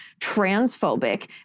transphobic